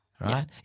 right